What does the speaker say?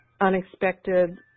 unexpected